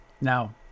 Now